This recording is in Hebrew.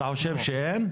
ואתה חושב שאין?